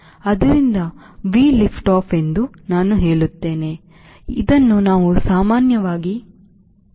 ಆದ್ದರಿಂದ V lift off ಎಂದು ನಾನು ಹೇಳುತ್ತೇನೆ ಇದನ್ನು ನಾವು ಸಾಮಾನ್ಯವಾಗಿ 1